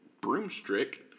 broomstick